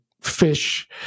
fish